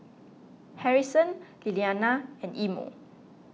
Harrison Lilliana and Imo